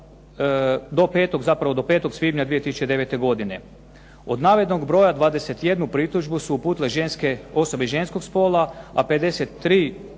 do 5. svibnja 2009. godine. Od navedenog broja 21 pritužbu su uputile osobe ženskog spola, a 53